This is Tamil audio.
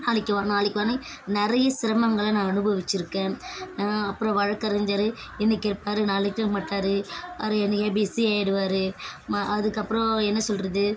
நாளைக்கு வா நாளைக்கு வான்னு நிறைய சிரமங்களை நான் அனுபவிச்சிருக்கேன் அப்புறம் வழக்கறிஞர் இன்றைக்கி இருப்பார் நாளைக்கு இருக்க மாட்டார் அவர் என்றைக்காவது பிசி ஆயிடுவார் மா அதுக்கப்புறம் என்ன சொல்கிறது